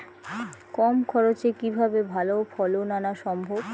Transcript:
কম খরচে কিভাবে ভালো ফলন আনা সম্ভব?